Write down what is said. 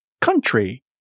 country